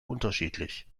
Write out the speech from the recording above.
unterschiedlich